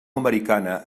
americana